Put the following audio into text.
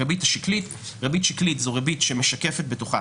הריבית השקלית זו ריבית שמשקפת בתוכה